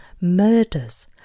murders